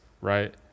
right